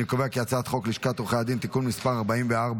אני קובע כי הצעת חוק לשכת עורכי הדין (תיקון מס' 44),